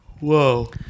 whoa